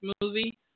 movie